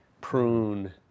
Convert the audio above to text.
prune